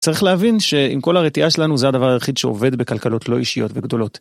צריך להבין שעם כל הרתיעה שלנו זה הדבר היחיד שעובד בכלכלות לא אישיות וגדולות.